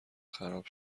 خراب